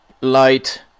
Light